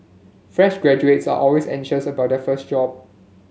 fresh graduates are always anxious about their first job